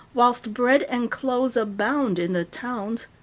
whilst bread and clothes abound in the towns.